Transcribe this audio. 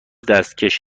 دستکش